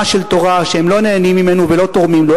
של תורה שהם לא נהנים ממנו ולא תורמים לו,